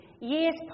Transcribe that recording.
Years